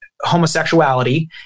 homosexuality